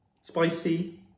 spicy